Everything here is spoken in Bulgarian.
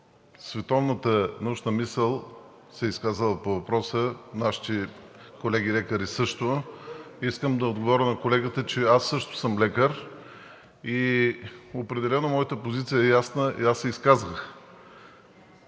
световната научна мисъл се е изказала по въпроса, нашите колеги лекари също. Искам да отговоря на колегата, че аз също съм лекар и определено моята позиция е ясна. Аз се изказах